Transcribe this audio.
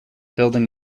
building